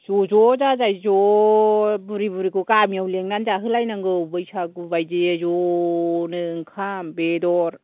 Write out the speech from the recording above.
ज' ज' जाजाय ज' बुरि बुरिखौ गामियाव लेंनानै जाहोलायनांगौ बैसागु बायदियै ज'नो ओंखाम बेदर